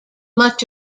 much